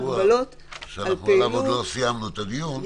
הגבלות על פעילות --- שעליו עוד לא סיימנו את הדיון.